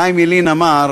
חיים ילין אמר